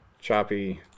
choppy